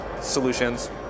solutions